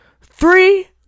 Three